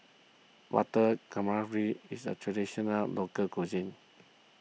Butter Calamari is a Traditional Local Cuisine